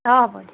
অঁ হ'ব দক